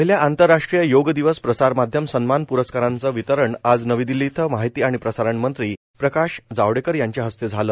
पहिल्या आंतरराष्ट्रीय योग दिवस प्रसारमाध्यम सन्मान प्रस्कारांचं वितरण आज नवी दिल्ली इथं माहिती आणि प्रसारणमंत्री प्रकाश जावडेकर यांच्या हस्ते झालं